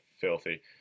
filthy